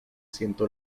sienta